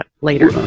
Later